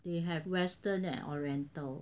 they have western and oriental